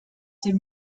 ses